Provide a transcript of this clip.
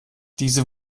diese